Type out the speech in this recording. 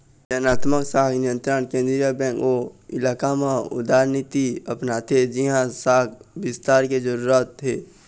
चयनात्मक शाख नियंत्रन केंद्रीय बेंक ओ इलाका म उदारनीति अपनाथे जिहाँ शाख बिस्तार के जरूरत हे